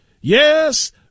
Yes